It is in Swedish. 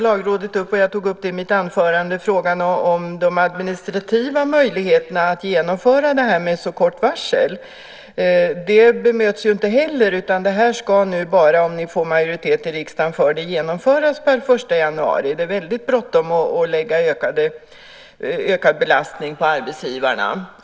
Lagrådet tar också upp frågan om de administrativa möjligheterna att genomföra detta med så kort varsel. Jag tog också upp det i mitt anförande. Detta bemöts inte heller, utan det ska bara genomföras per den 1 januari, om ni får majoritet i riksdagen för det. Det är väldigt bråttom med att lägga ökad belastning på arbetsgivarna!